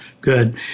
Good